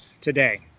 today